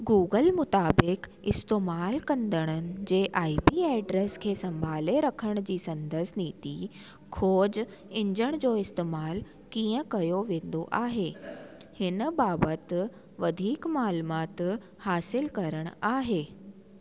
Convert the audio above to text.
Google मुताबिक़ इस्तेमालु कंदड़नि जे आई पी एड्रेस खे संभाले रखण जी संदसि नीती खोज इंजण जो इस्तेमालु कीअं कयो वेंदो आहे हिन बाबति वधीक मालूमाति हासिलु करणु आहे